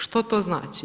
Što to znači?